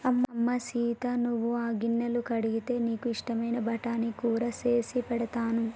అమ్మ సీత నువ్వు ఆ గిన్నెలు కడిగితే నీకు ఇష్టమైన బఠానీ కూర సేసి పెడతాను